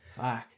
Fuck